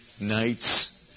nights